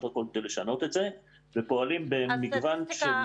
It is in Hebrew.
הכול כדי לשנות את זה ופועלים במגוון תוכניות.